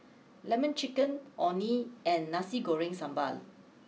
Lemon Chicken Orh Nee and Nasi Goreng Sambal